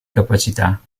capacità